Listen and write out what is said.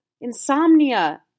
insomnia